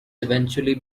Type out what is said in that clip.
eventually